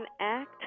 Act